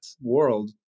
world